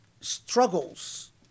struggles